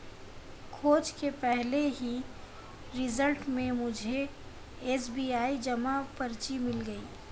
खोज के पहले ही रिजल्ट में मुझे एस.बी.आई जमा पर्ची मिल गई